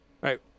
Right